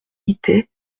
guittet